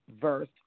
verse